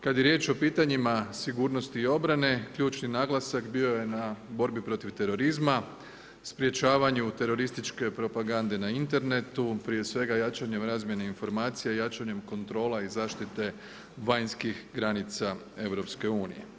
Kada je riječ o pitanjima sigurnosti i obrane ključni naglasak bio je na borbi protiv terorizma, sprječavanju terorističke propagande na internetu, prije svega jačanjem razmjene informacija i jačanjem kontrola i zaštite vanjskih granica EU.